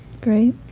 Great